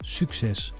succes